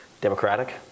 democratic